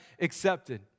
accepted